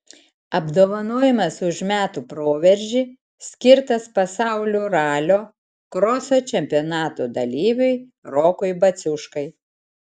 apdovanojimas už metų proveržį skirtas pasaulio ralio kroso čempionato dalyviui rokui baciuškai